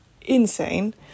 insane